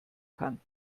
kann